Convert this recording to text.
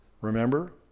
Remember